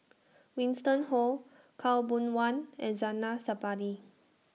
Winston Oh Khaw Boon Wan and Zainal Sapari